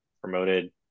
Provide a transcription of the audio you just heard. promoted